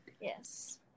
yes